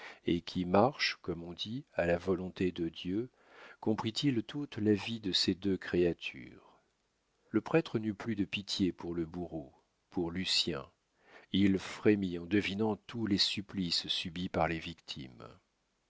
et qui marchent comme on dit à la volonté de dieu comprit-il toute la vie de ces deux créatures le prêtre n'eut plus de pitié pour le bourreau pour lucien il frémit en devinant tous les supplices subis par les victimes